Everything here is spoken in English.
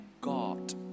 God